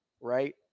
right